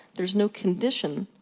there's no condition,